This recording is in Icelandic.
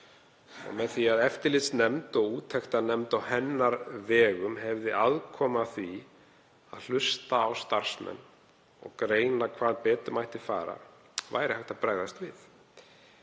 Með því að eftirlitsnefnd og úttektarnefnd á hennar vegum hefði aðkomu að því að hlusta á starfsmenn og greina hvað betur mætti fara væri hægt að bregðast við.